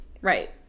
right